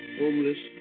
homeless